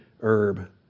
herb